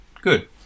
good